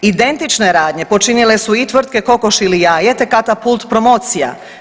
Identične radnje počinile su i tvrtke „Kokoš ili jaje“, te „Katapult promocija“